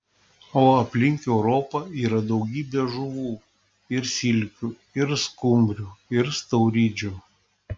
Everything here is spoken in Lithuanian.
o aplink europą yra daugybė žuvų ir silkių ir skumbrių ir stauridžių